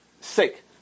sick